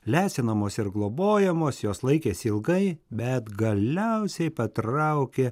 lesinamos ir globojamos jos laikėsi ilgai bet galiausiai patraukė